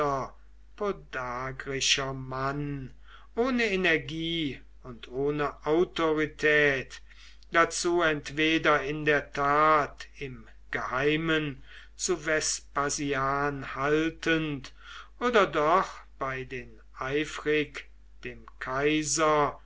ohne energie und ohne autorität dazu entweder in der tat im geheimen zu vespasian haltend oder doch bei den eifrig dem kaiser